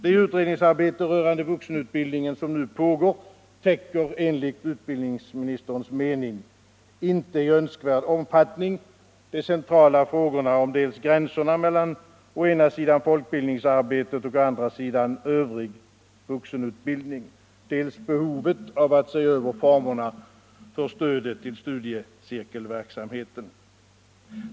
Det utredningsarbete rörande vuxenutbildningen som nu pågår täcker enligt utbildningsministerns mening inte i önskvärd omfattning de centrala frågorna om dels gränserna mellan folkbildningsarbetet och övrig vuxenutbildning, dels behovet av att se över formerna för stödet till studiecirkelverksamheten.